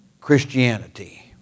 Christianity